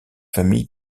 famille